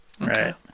Right